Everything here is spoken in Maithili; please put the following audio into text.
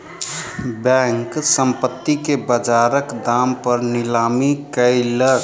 बैंक, संपत्ति के बजारक दाम पर नीलामी कयलक